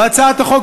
בהצעת החוק,